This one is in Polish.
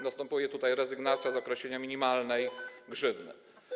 Następuje tutaj rezygnacja z określenia minimalnej grzywny.